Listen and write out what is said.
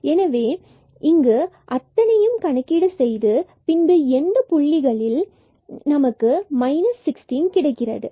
எனவே இங்கு அத்தனையும் கணக்கீடு செய்து பின்பு இந்த புள்ளிகளில் இதன் மதிப்பு 16